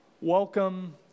welcome